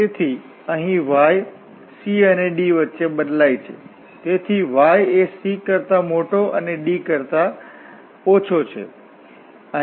તેથી અહીં y c અને d વચ્ચે બદલાય છે તેથી y એ c કરતા મોટો અને d કરતા ઓછો છે